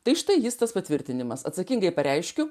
tai štai jis tas patvirtinimas atsakingai pareiškiu